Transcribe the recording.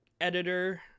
editor